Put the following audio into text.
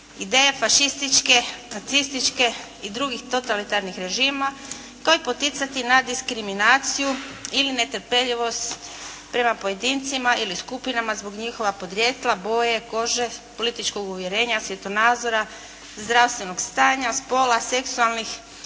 ideje fašističke, nacističke i drugih totalitarnih režima koji poticati na diskriminaciju ili netrepeljivost prema pojedincima ili skupinama zbog njihova podrijetla, boje, kože, političkog uvjerenja, svjetonazora, zdravstvenog stanja, spola, seksualnih